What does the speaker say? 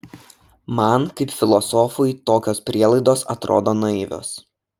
man kaip filosofui tokios prielaidos atrodo naivios